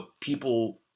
people